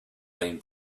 been